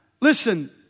listen